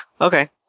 Okay